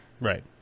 Right